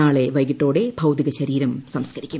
നാളെ വൈകിട്ടോടെ ഭൌതികശരീരം സംസ്കരിക്കും